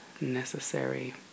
necessary